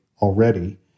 already